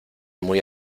muy